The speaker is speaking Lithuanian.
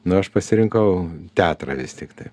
nu aš pasirinkau teatrą vis tiktai